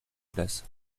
place